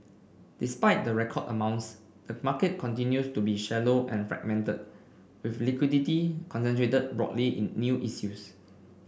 despite the record amounts the market continues to be shallow and fragmented with liquidity concentrated broadly in new issues